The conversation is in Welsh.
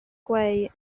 gweu